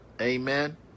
Amen